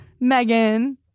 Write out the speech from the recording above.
Megan